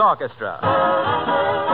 Orchestra